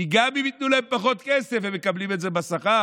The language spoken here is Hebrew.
כי גם אם ייתנו להם פחות כסף הם מקבלים את זה בשכר,